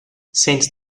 since